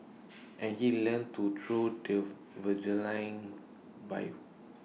and he learnt to throw the javelin by